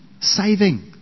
saving